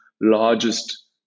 largest